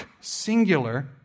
singular